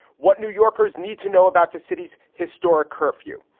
what new yorkers need to know about the city's historic curfew.